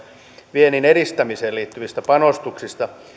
viennin edistämiseen liittyvistä panostuksista